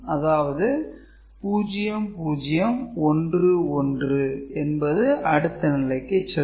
அதாவது 0 0 1 1 என்பது அடுத்த நிலைக்குச் செல்லும்